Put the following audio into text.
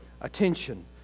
attention